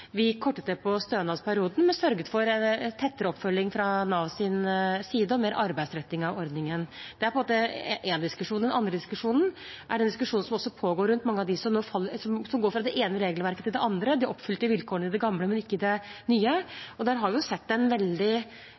Vi kortet ned på stønadsperioden og sørget for en tettere oppfølging fra Navs side og mer arbeidsretting av ordningen. Det er én diskusjon. Den andre diskusjonen er den diskusjonen som pågår rundt mange av dem som går fra det ene regelverket til det andre – de oppfylte vilkårene i det gamle, men ikke i det nye. Der har vi sett en veldig